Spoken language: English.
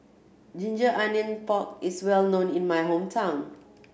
ginger onion pork is well known in my hometown